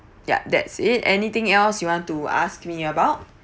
ya that's it anything else you want to ask me about